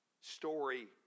story